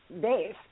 base